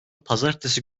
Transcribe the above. pazartesi